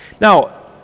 Now